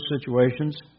situations